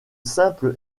simple